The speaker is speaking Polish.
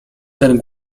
ten